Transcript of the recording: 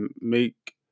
make